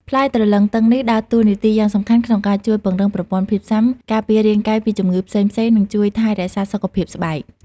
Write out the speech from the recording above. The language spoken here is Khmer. ផ្លែទ្រលឹងទឹងនេះ ដើរតួនាទីយ៉ាងសំខាន់ក្នុងការជួយពង្រឹងប្រព័ន្ធភាពស៊ាំ ការពាររាងកាយពីជំងឺផ្សេងៗ និងជួយថែរក្សាសុខភាពស្បែក។